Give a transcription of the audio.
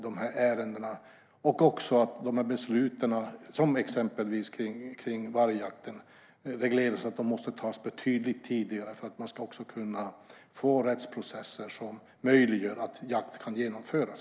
Det kan också behöva regleras att de här besluten, exempelvis de kring vargjakten, måste tas betydligt tidigare så att man kan få rättsprocesser som möjliggör att jakt kan genomföras.